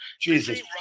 Jesus